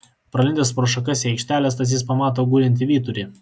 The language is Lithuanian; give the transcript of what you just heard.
pralindęs pro šakas į aikštelę stasys pamato gulintį vyturį